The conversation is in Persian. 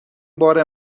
بار